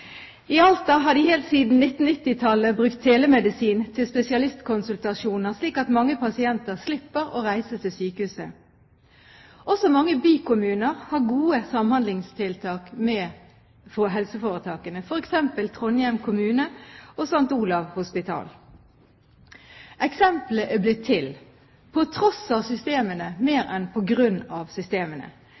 I Alta har de helt siden 1990-tallet brukt telemedisin til spesialistkonsultasjoner, slik at mange pasienter slipper å reise til sykehuset. Også mange bykommuner har gode samhandlingstiltak med helseforetakene, f.eks. Trondheim kommune og St. Olavs hospital. Eksemplene er blitt til på tross av systemene mer enn på grunn av systemene.